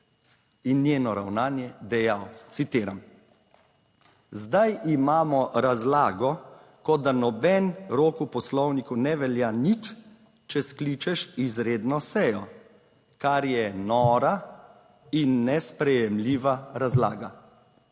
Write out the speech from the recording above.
in njeno ravnanje dejal, citiram: "Zdaj imamo razlago, kot da noben rok v poslovniku ne velja nič, če skličeš izredno sejo, kar je nora in nesprejemljiva razlaga."